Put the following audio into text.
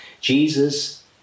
Jesus